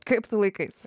kaip tu laikais